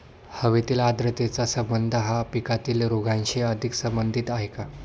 हवेतील आर्द्रतेचा संबंध हा पिकातील रोगांशी अधिक संबंधित आहे का?